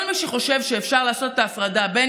כל מי שחושב שאפשר לעשות את הפרדה בין